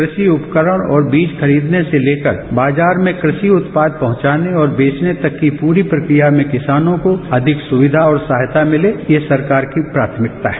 क्रापि उपकरण और बीज खरीदने से लेकर बाजार में क्रापि उत्पाद पहुंचाने और बेचने तक की पूरी प्रक्रिया में किसान को अधिक सुविधा और सहायता मिले ये सरकार की प्राथमिकता है